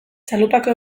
txalupako